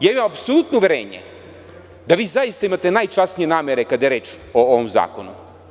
Ja imam apsolutno uverenje da vi zaista imate najčasnije namere kada je reč o ovom zakonu.